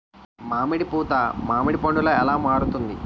మామిడి పూత మామిడి పందుల ఎలా మారుతుంది?